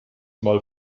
mal